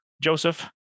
Joseph